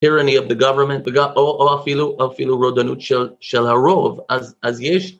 אירוני of the government, או אפילו רודנות של הרוב, אז יש.